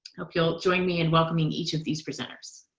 hope you'll join me in welcoming each of these presenters.